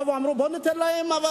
באו ואמרו: אבל בואו